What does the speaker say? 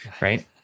right